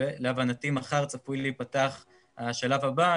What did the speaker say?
להבנתי מחר צפוי להיפתח השלב הבא,